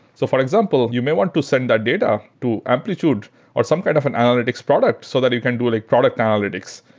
so for example, you may want to send that data to amplitude or some kind of an analytics product so that you can do like product analytics.